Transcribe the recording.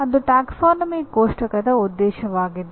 ಅದು ಪ್ರವರ್ಗ ಕೋಷ್ಟಕದ ಉದ್ದೇಶವಾಗಿದೆ